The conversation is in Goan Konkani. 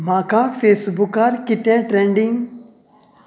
म्हाका फेसबूकार कितें ट्रॅन्डींग